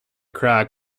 crack